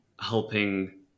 helping